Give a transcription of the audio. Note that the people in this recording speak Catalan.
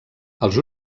els